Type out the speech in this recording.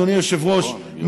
אדוני היושב-ראש,